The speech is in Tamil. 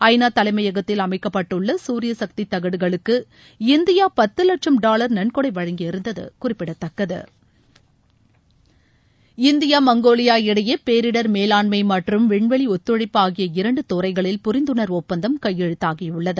ஐ நா தலைமையகத்தில் அமைக்கப்பட்டுள்ள சூரியசக்தி தகடுகளுக்கு இந்தியா பத்து வட்சும் டாவா் நன்கொடை வழங்கியிருந்தது குறிப்பிடத்தக்கது இந்தியா மங்கோலியா இடையே பேரிடர் மேலாண்மை மற்றும் விண்வெளி ஒத்தழைப்பு ஆகிய இரண்டு துறைகளில் புரிந்துணர்வு ஒப்பந்தம் கையெழுத்தாகியுள்ளது